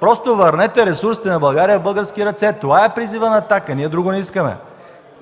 Просто върнете ресурсите на България в български ръце! Това е призивът на „Атака”, ние друго не искаме